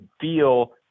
feel